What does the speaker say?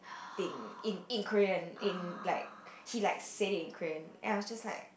date in in Korean in like he like said it in Korean and I was just like